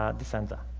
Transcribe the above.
ah de senza